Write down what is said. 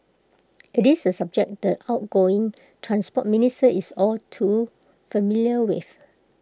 IT is A subject the outgoing Transport Minister is all too familiar with